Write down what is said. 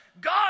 God